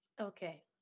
okay